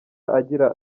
agira